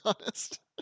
honest